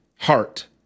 heart